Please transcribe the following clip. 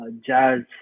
jazz